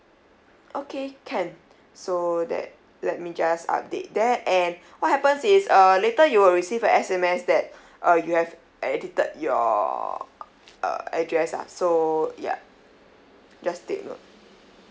okay can so that let me just update there and what happens is uh later you will receive a S_M_S that uh you have edited your uh address ah so ya just take note